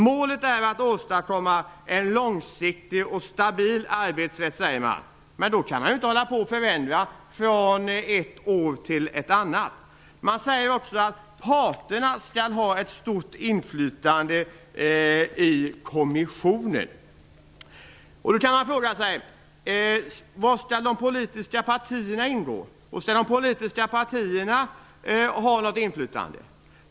Målet är att åstadkomma en långsiktig och stabil arbetsrätt säger de. Då kan man inte hålla på och förändra från ett år till ett annat. De säger också att parterna skall ha ett stort inflytande i kommissionen. Då kan man fråga sig var de politiska partierna skall ingå. Skall de politiska partierna ha något inflytande?